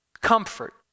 Comfort